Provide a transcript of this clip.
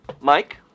Mike